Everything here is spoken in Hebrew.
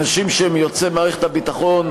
אנשים שהם יוצאי מערכת הביטחון,